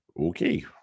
Okay